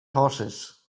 horses